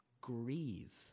grieve